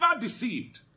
deceived